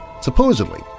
Supposedly